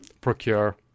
procure